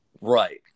Right